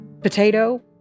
potato